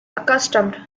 accustomed